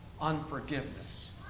unforgiveness